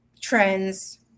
Trends